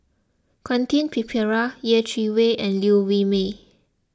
Quentin Pereira Yeh Chi Wei and Liew Wee Mee